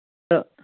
تہٕ